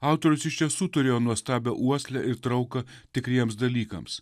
autorius iš tiesų turėjo nuostabią uoslę ir trauką tikriems dalykams